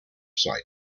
site